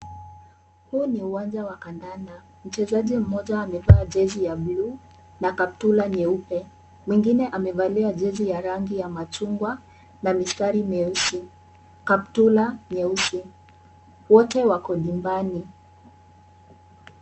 Huu ni uwanja wa kandanda. Mchezaji mmoja amevaa jezi ya bluu, na kaptula nyeupe. Mwingine amevalia jezi ya rangi ya machungwa, na mistari meusi. Kaptula nyeusi. Wote wako nyumbani.